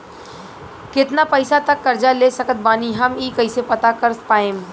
केतना पैसा तक कर्जा ले सकत बानी हम ई कइसे पता कर पाएम?